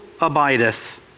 abideth